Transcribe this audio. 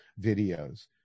videos